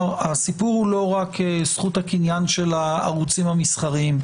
שהסיפור הוא לא רק זכות הקניין של הערוצים המסחריים,